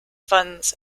funds